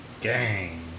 Gang